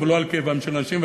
אבל לא על כאבם של אנשים,